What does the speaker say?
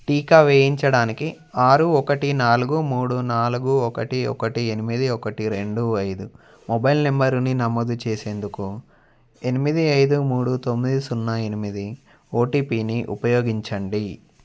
టీకా వేయించడానికి ఆరు ఒకటి నాలుగు మూడు నాలుగు ఒకటి ఒకటి ఎనిమిది ఒకటి రెండు ఐదు మొబైల్ నంబరుని నమోదు చేసేందుకు ఎనిమిది ఐదు మూడు తొమ్మిది సున్నా ఎనిమిది ఓటీపీని ఉపయోగించండి